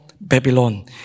Babylon